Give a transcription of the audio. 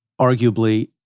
arguably